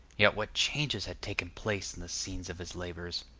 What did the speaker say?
yet what changes had taken place in the scene of his labors!